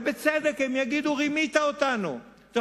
ובצדק הם יגידו: רימית אותנו.